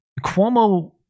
Cuomo